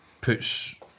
puts